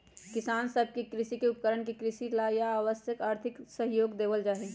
किसान सब के कृषि उपकरणवन के खरीदे ला भी आवश्यक आर्थिक सहयोग देवल जाहई